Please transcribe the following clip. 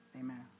amen